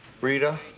Rita